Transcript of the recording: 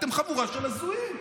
אתם חבורה של הזויים.